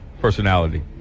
personality